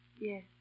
Yes